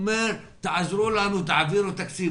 הוא אומר: תעזרו לנו, תעבירו תקציב.